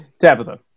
Tabitha